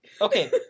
Okay